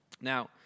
Now